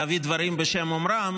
להביא דברים בשם אומרם.